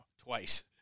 twice